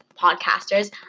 Podcasters